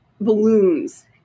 balloons